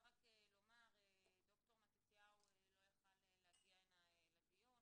ד"ר מתתיהו לא יכול להגיע לדיון